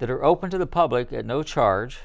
that are open to the public at no charge